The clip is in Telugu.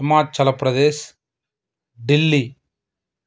హిమాచల్ప్రదేశ్ ఢిల్లీ